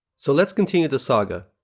so, let's continue the saga.